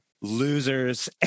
losers